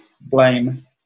blame